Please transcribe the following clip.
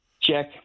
check